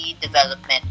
Development